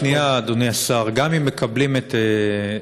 הטענה השנייה, אדוני השר, גם אם מקבלים את קביעתך,